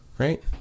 Right